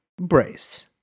Brace